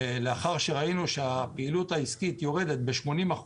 לאחר שראינו שהפעילות העסקית יורדת ב-80%,